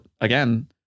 again